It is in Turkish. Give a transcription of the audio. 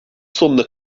sonuna